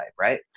Right